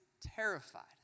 terrified